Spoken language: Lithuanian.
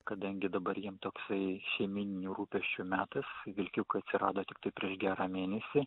kadangi dabar jiem toksai šeiminių rūpesčių metas vilkiukai atsirado tiktai prieš gerą mėnesį